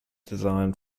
design